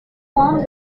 form